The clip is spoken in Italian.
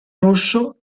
rosso